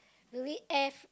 really air